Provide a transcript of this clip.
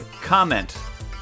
comment